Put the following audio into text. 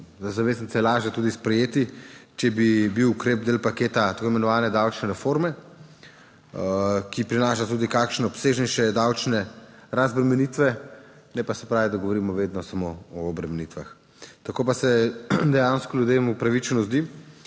za zavezance lažje tudi sprejeti, če bi bil ukrep del paketa tako imenovane davčne reforme, ki prinaša tudi kakšne obsežnejše davčne razbremenitve, ne pa, se pravi, da govorimo vedno samo o obremenitvah. Tako pa se dejansko ljudem upravičeno zdi,